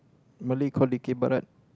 Malay call dikir barat